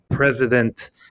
President